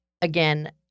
again